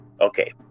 Okay